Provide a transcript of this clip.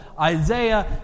Isaiah